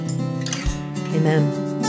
Amen